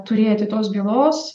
turėti tos bylos